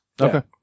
Okay